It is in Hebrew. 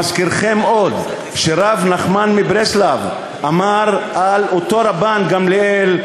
מזכירכם עוד שרב נחמן מברסלב אמר על אותו רבן גמליאל,